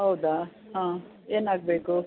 ಹೌದ ಹಾಂ ಏನು ಆಗಬೇಕು